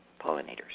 pollinators